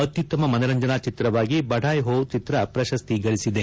ಅತ್ಯುತ್ತಮ ಮನರಂಜನಾ ಚಿತ್ರವಾಗಿ ಬಢಾಯ್ ಹೋ ಚಿತ್ರ ಪ್ರಶಸ್ತಿ ಗಳಿಸಿದೆ